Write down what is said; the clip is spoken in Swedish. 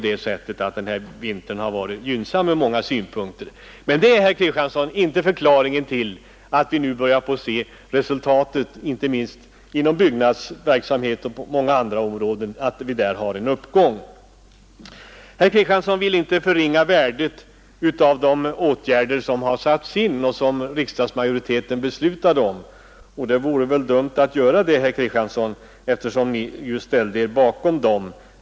Den här vintern har ju varit gynnsam, men det, herr Kristiansson, är inte förklaringen till att vi nu börjar se resultat: inte minst inom byggnadsverksamheten men också på många andra områden är det nu en uppgång. Herr Kristiansson vill inte förringa värdet av de åtgärder som har satts in efter riksdagsmajoritetens beslut, och det vore väl dumt att göra det, herr Kristiansson, eftersom ni ställde er bakom dem.